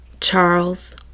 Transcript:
Charles